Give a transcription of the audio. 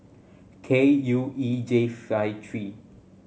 K U E J five three